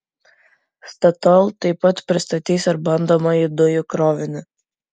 statoil taip pat pristatys ir bandomąjį dujų krovinį